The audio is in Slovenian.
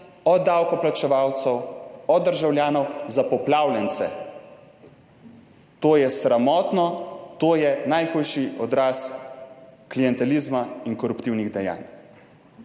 je bilo namenjenih od državljanov za poplavljence. To je sramotno. To je najhujši odraz klientelizma in koruptivnih dejanj.